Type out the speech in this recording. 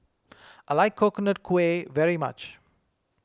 I like Coconut Kuih very much